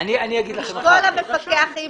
ישקול המפקח אם